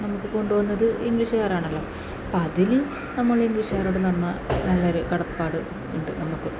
നമുക്ക് കൊണ്ടുവന്നത് ഇംഗ്ലീഷ്ക്കാരാണല്ലോ അപ്പോൾ അതിൽ നമ്മൾ ഇംഗ്ലീഷ്ക്കാരോട് നമ്മൾ നല്ലൊരു കടപ്പാട് ഉണ്ട് നമുക്ക്